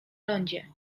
lądzie